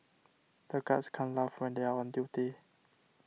the guards can't laugh when they are on duty